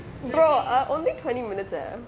brother uh only twenty minutes eh